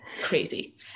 crazy